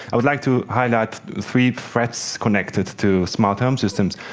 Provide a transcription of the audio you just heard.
i would like to highlight three threats connected to smart home systems.